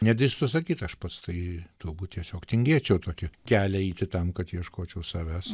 nedrįstu sakyt aš pats tai turbūt tiesiog tingėčiau tokį kelią eiti tam kad ieškočiau savęs